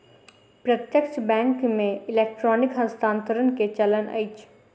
प्रत्यक्ष बैंक मे इलेक्ट्रॉनिक हस्तांतरण के चलन अछि